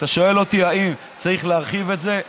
אתה שואל אותי אם צריך להרחיב את זה?